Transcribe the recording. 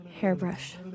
Hairbrush